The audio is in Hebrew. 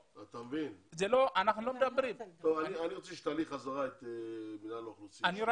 אני רוצה שתעלי את רשות האוכלוסין.